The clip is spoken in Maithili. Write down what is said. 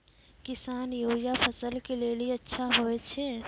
किसान यूरिया फसल के लेली अच्छा होय छै?